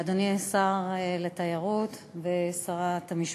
ואולי הסיבה הטובה ביותר למה היה כל